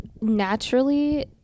naturally